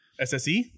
SSE